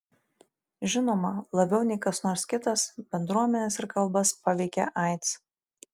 žinoma labiau nei kas nors kitas bendruomenes ir kalbas paveikia aids